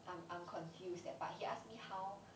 I'm I'm confused that part he asked me how